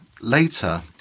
later